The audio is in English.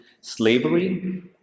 slavery